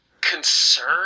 concern